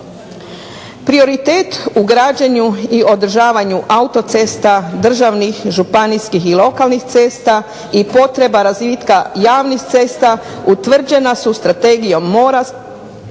prioritet u građenju i održavanju autocesta državnih, županijskih i lokalnih cesta, i potreba razvitka javnih cesta utvrđena su strategijom, mora